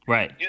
Right